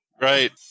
Right